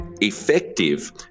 effective